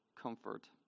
comfort